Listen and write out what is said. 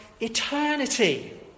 eternity